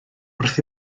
wrth